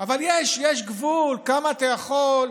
אבל יש גבול כמה אתה יכול,